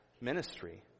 ministry